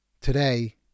Today